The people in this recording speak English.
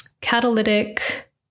catalytic